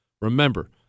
Remember